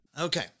Okay